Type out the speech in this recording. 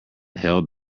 held